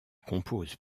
compose